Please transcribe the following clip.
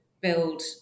build